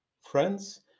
friends